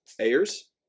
Ayers